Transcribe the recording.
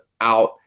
out